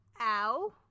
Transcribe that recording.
Ow